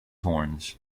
horns